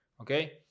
okay